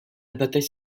bataille